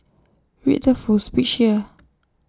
read the full speech here